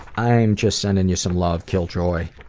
i'm just sending you some love killjoy.